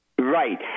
Right